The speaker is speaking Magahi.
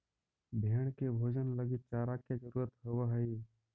भेंड़ के भोजन लगी चारा के जरूरत होवऽ हइ